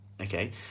Okay